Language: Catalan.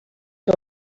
que